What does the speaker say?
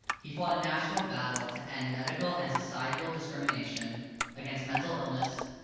he fought a national battle to end medical and societal discrimination against mental illness,